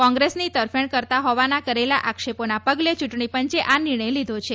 કોંગ્રેસની તરફેણ કરતાં હોવાના કરેલા આક્ષેપોના પગલે ચૂંટણીપંચે આ નિર્ણય લીધો છે